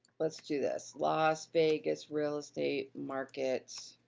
let's do this, las vegas real estate market